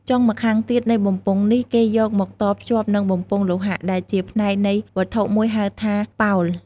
ចុងម្ខាងទៀតនៃបំពង់នេះ គេយកមកតភ្ជាប់នឹងបំពង់លោហៈ ដែលជាផ្នែកនៃវត្ថុមួយហៅថា «ប៉ោល» ។